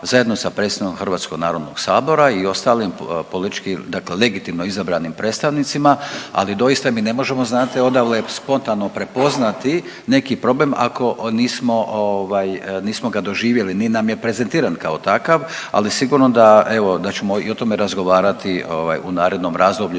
zajedno sa predstavnikom Hrvatskog naroda sabora i ostalim političkim dakle legitimno izabranim predstavnicima. Ali doista mi ne možemo znate odavle spontano prepoznati neki problem ako nismo ga doživjeli, nije nam prezentiran kao takav, ali sigurno evo da ćemo i o tome razgovarati u narednom razdoblju